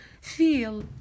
feel